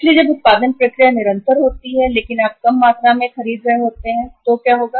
इसलिए जब उत्पादन प्रक्रिया निरंतर होती है लेकिन आप कम मात्रा में खरीद रहे होते हैं क्या होगा